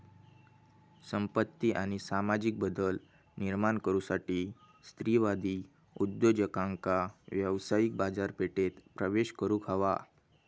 संपत्ती आणि सामाजिक बदल निर्माण करुसाठी स्त्रीवादी उद्योजकांका व्यावसायिक बाजारपेठेत प्रवेश करुक हवा